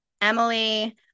Emily